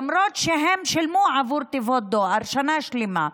למרות שהם שילמו עבור תיבות דואר שנה שלמה.